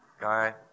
Guy